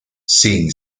sin